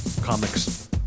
comics